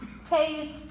taste